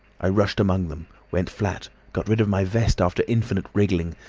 i rushed among them, went flat, got rid of my vest after infinite wriggling,